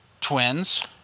Twins